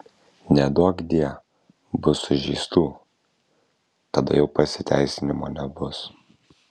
neduokdie bus sužeistų tada jau pasiteisinimo nebus